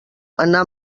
anar